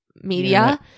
media